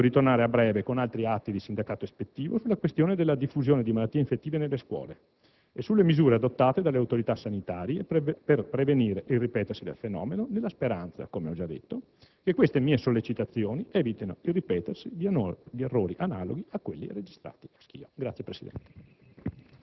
che intendo ritornare a breve con altri atti di sindacato ispettivo sulla questione della diffusione di malattie infettive nelle scuole e sulle misure adottate dalle autorità sanitarie per prevenire il ripetersi del fenomeno, nella speranza, come ho già detto, che queste mie sollecitazioni evitino il ripetersi di errori analoghi a quelli registrati a Schio.